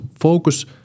focus